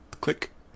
Click